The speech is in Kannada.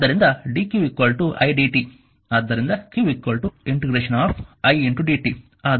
ಆದ್ದರಿಂದ dq idt ಆದ್ದರಿಂದ q ∫ i dt ಆದರೆ ಸಮಯದ ಮಿತಿ t0 ಯಿಂದ t ಆಗಿದೆ